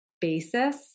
basis